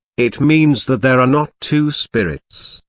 it means that there are not two spirits,